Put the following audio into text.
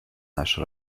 наше